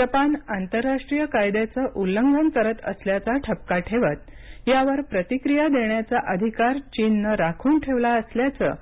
Japan आंतरराष्ट्रीय कायद्याचे उल्लंघन करत असल्याचा ठपका ठेवत यावर प्रतिक्रिया देण्याचा अधिकार चीनने राखून ठेवला असल्याचं